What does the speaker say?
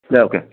दे अके